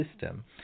system